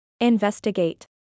Investigate